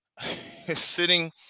sitting